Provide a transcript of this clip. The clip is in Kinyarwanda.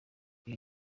ibi